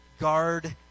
Guard